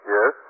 Yes